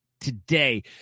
today